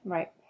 Right